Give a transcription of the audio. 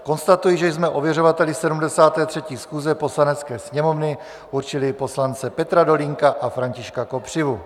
Konstatuji, že jsme ověřovateli 73. schůze Poslanecké sněmovny určili poslance Petra Dolínka a Františka Kopřivu.